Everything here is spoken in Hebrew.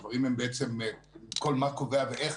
הדברים של מה קובע ואיך,